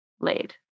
laid